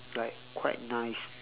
like quite nice